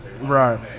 Right